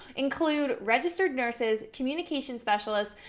include registered nurses, communications specialists,